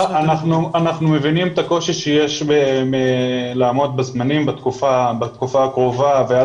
אנחנו מבינים את הקושי שיש לעמוד בזמנים בתקופה הקרובה ועד